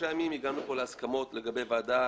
הגענו כאן להסכמות לגבי ועדה,